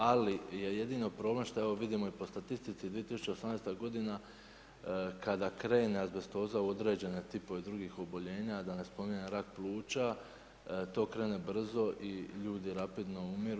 Ali je jedino problem što evo vidimo i po statistici 2018. godina kada krene azbestoza u određene tipove drugih oboljenja da ne spominjem rak pluća to krene brzo i ljudi rapidno umiru.